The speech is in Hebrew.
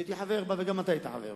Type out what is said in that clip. שהייתי חבר בה וגם אתה היית חבר בה,